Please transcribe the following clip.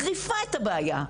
מחריפה את הבעיה,